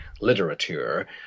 literature